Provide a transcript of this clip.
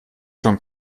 schon